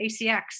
ACX